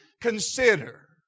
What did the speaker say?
consider